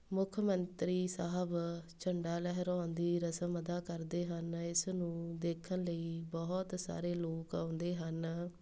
ਮੁੱਖ ਮੰਤਰੀ ਸਾਹਿਬ ਝੰਡਾ ਲਹਿਰਾਉਣ ਦੀ ਰਸਮ ਅਦਾ ਕਰਦੇ ਹਨ ਇਸ ਨੂੰ ਦੇਖਣ ਲਈ ਬਹੁਤ ਸਾਰੇ ਲੋਕ ਆਉਂਦੇ ਹਨ